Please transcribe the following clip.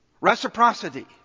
Reciprocity